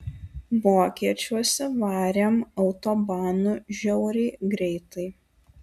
vokiečiuose varėm autobanu žiauriai greitai